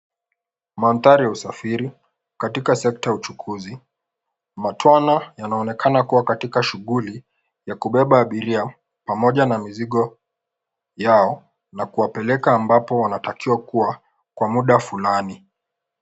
Mandhari ya usafiri katika sekta ya uchukuzi. Matwana yanaonekana kuwa katika shughuli ya kubeba abiria pamoja na mizigo yao na kuwapeleka mahali ambapo wanatakiwa kuwa kwa muda fulani.